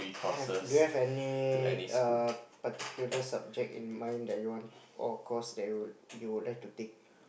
have do you have any err particular subject in mind that you want or course that you you would like to take